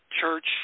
church